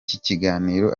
kiganiro